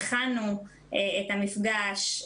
הכנו את המפגש.